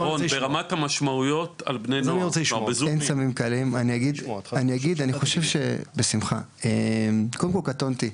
אני אגיד שאני חושב שקודם כל קטונתי,